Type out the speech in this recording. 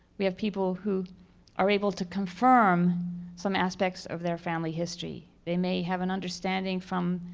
we have people who are able to confirm some aspects of their family history. they may have an understanding from,